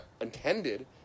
intended